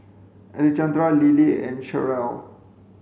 Alejandra Lillie and Cherelle